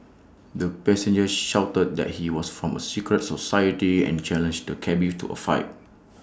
the passenger shouted that he was from A secret society and challenged the cabby to A fight